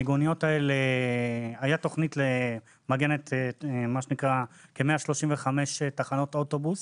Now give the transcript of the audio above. הייתה תכנית למגן כ-135 תחנות אוטובוס.